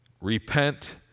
repent